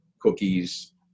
Cookies